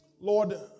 Lord